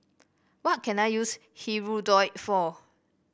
what can I use Hirudoid for